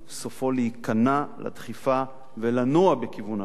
סופו להיכנע לדחיפה ולנוע בכיוון הלחץ,